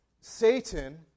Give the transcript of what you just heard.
Satan